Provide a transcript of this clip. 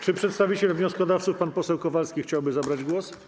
Czy przedstawiciel wnioskodawców pan poseł Kowalski chciałby zabrać głos?